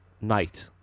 Knight